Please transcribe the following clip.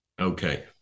Okay